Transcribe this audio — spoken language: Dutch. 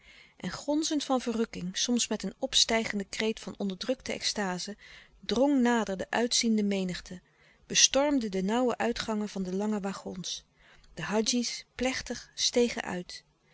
en gonzend van verrukking soms met een opstijgenden kreet van onderdrukte extaze drong nader de uitziende menigte bestormde de nauwe uitgangen van de lange wagons de hadji's plechtig stegen uit